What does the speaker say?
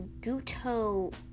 guto